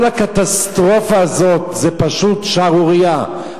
כל הקטסטרופה הזאת זו פשוט שערורייה.